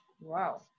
Wow